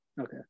Okay